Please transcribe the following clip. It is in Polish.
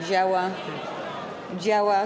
Działa, działa.